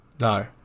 No